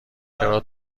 چرا